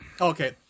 Okay